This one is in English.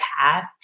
path